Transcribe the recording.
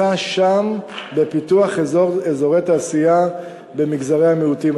הוצע שם בפיתוח אזורי תעשייה במגזרי המיעוטים.